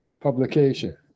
publication